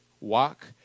walk